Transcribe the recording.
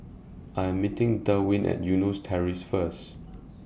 I Am meeting Derwin At Eunos Terrace First